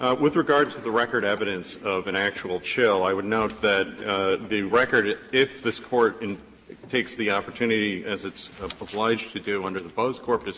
ah with regard to the record evidence of an actual chill, i would note that the record if this court and takes the opportunity, as it's obliged to do under the bose corp.